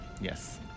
Yes